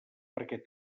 perquè